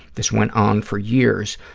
this went on for years.